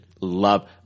Love